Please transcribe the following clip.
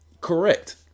Correct